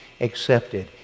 accepted